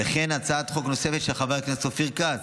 וכן הצעת חוק נוספות של חבר הכנסת אופיר כץ,